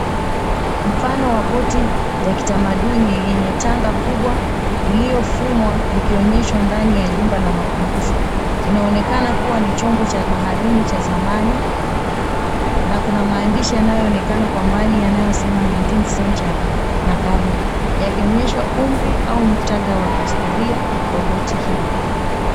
Mfano wa boti ya kitamaduni yenye tanga kubwa iliyofumwa likionyeshwa ndani ya jumba la makumbusho. Inaonekana kuwa ni chombo cha baharini cha zamani. Na kuna maandishi yanayoonekana kwa mbali yanayosema "19th Century" na karne, yakionyesha umri au muktadha wa kihistoria wa boti hii.